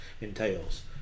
entails